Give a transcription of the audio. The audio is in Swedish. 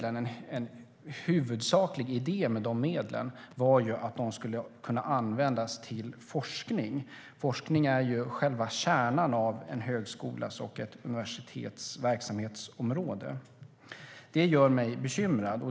En huvudsaklig idé med de medlen var ju att de skulle kunna användas till forskning, som ju är själva kärnan i en högskolas eller ett universitets verksamhetsområde. Det gör mig bekymrad.